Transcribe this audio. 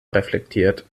reflektiert